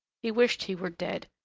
he wished he were dead.